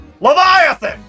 Leviathan